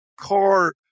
car